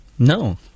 No